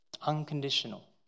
Unconditional